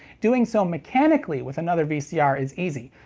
doing so mechanically with another vcr is easy,